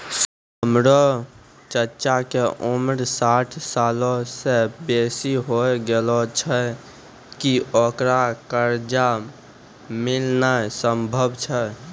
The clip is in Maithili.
हमरो चच्चा के उमर साठ सालो से बेसी होय गेलो छै, कि ओकरा कर्जा मिलनाय सम्भव छै?